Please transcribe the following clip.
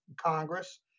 Congress